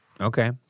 Okay